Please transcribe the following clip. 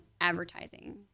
advertising